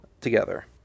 together